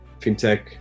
fintech